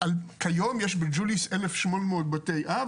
כיום יש בג'וליס אלף שמונה מאות בתי אב,